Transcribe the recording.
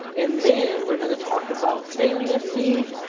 and then we're gonna talk about saliency